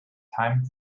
time